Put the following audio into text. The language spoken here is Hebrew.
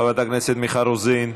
חברת הכנסת מיכל רוזין,